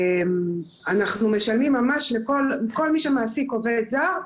אנחנו משלמים ממש לכל מי שמעסיק עובד זר,